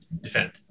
defend